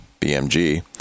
BMG